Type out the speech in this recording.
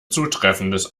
zutreffendes